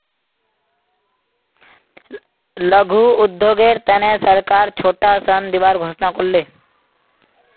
लघु उद्योगेर तने सरकार छोटो ऋण दिबार घोषणा कर ले